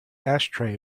ashtray